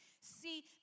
See